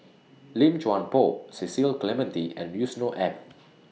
Lim Chuan Poh Cecil Clementi and Yusnor Ef